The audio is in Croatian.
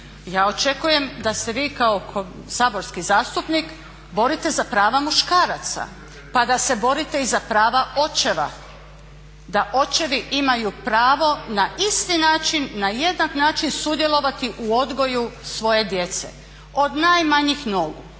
ja očekujem da se vi kao saborski zastupnik borite za prava muškaraca, pa da se borite i za prava očeva, da očevi imaju pravo na isti način, na jednak način sudjelovati u odgoju svoje djece od najmanjih nogu